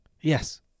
Yes